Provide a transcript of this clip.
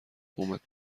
قومت